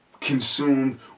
consumed